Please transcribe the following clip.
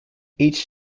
each